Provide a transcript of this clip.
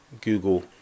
Google